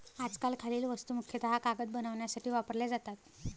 आजकाल खालील वस्तू मुख्यतः कागद बनवण्यासाठी वापरल्या जातात